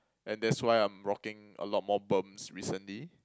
and that's why I'm rocking a lot more berms recently